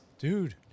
Dude